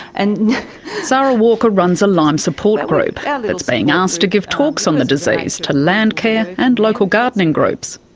and sara walker runs a lyme support group yeah that's being asked to give talks on the disease to landcare and local gardening groups.